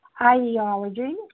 ideology